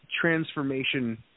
transformation